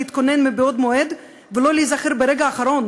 להתכונן מבעוד מועד ולא להיזכר ברגע האחרון,